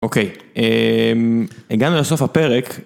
אוקיי, הגענו לסוף הפרק.